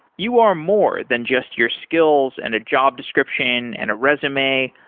you are more than just your skills, and a job description, and a resume.